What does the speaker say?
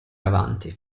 avanti